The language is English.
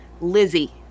Lizzie